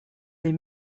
des